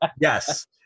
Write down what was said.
Yes